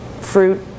fruit